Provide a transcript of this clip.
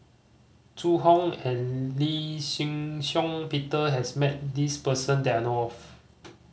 Zhu Hong and Lee Shih Shiong Peter has met this person that I know of